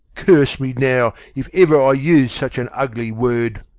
curse me, now, if ever i used such an ugly word.